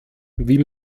wie